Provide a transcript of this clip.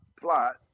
plot